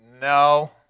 No